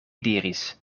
diris